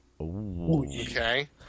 Okay